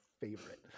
favorite